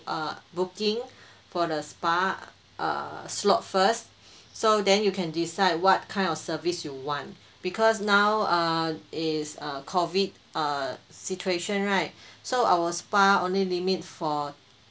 err booking for the spa err slot first so then you can decide what kind of service you want because now err is a COVID err situation right so our spa only limit for